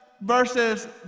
versus